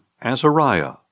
Azariah